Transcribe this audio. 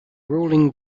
ruling